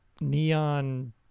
Neon